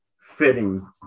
fitting